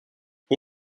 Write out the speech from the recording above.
who